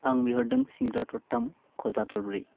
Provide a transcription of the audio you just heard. आं बिहरदों सिंग्रा थरथाम खजा थरब्रै